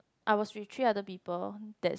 I was with three other people that's